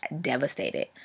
devastated